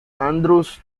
andrews